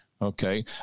Okay